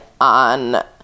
on